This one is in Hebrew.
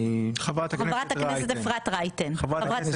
חברת הכנסת אפרת רייטן.